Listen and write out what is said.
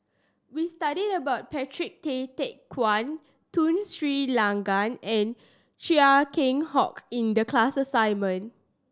we studied about Patrick Tay Teck Guan Tun Sri Lanang and Chia Keng Hock in the class assignment